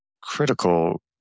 critical